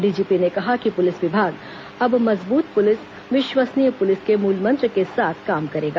DGP ने कहा कि पुलिस विभाग अंब मजबूत पुलिस विश्वसनीय पुलिस के मूलमंत्र के साथ काम करेगा